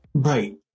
Right